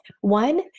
One